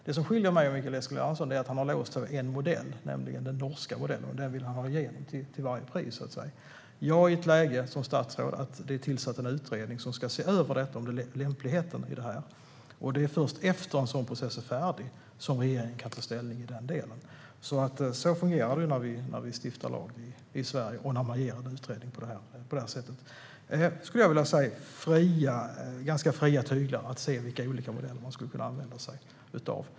Det som skiljer mig och Mikael Eskilandersson åt är att han har låst sig för en modell, nämligen den norska modellen, och den vill han ha igenom till varje pris. Jag har som statsråd tillsatt en utredning som ska se över lämpligheten med den modellen. Det är först efter det att en sådan process är färdig som regeringen kan ta ställning i den delen. Så fungerar det när vi stiftar lag i Sverige och när vi ger ett utredningsuppdrag på det här sättet. Jag skulle vilja säga att utredningen har fått ganska fria tyglar att se på vilka olika modeller man skulle kunna använda sig av.